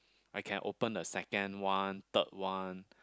I can open a second one third one